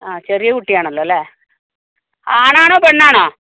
ആ ചെറിയ കുട്ടി ആണല്ലൊ അല്ലേ ആണാണോ പെണ്ണാണോ